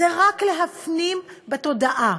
זה רק להפנים בתודעה: